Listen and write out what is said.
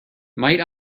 might